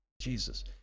Jesus